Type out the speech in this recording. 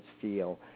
feel